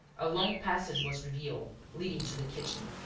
a long passage was revealed, leading to the kitchen.